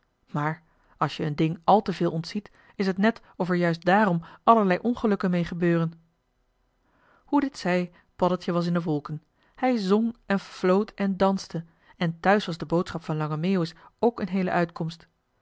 maar als je een ding àl te veel ontziet is het net of er juist daarom allerlei ongelukken mee gebeuren hoe dit zij paddeltje was in de wolken hij zong en floot en danste en thuis was de boodschap van lange meeuwis ook een heele uitkomst